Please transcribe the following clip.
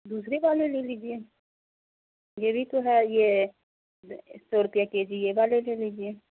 دوسرے والا لے لیجیے یہ بھی تو ہے یہ ایک سو روپیہ کے جی یہ والے لے لیجیے